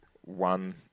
one